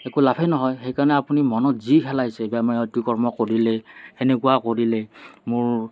একো লাভেই নহয় সেইকাৰণে আপুনি মনত যি খেলাইছে বা মই এইটো কৰ্ম কৰিলে এনেকুৱা কৰিলে মোৰ